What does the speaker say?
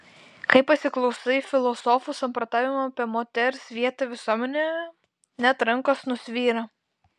kai pasiklausai filosofų samprotavimų apie moters vietą visuomenėje net rankos nusvyra